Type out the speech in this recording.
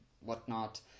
whatnot